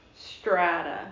Strata